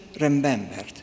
remembered